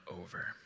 over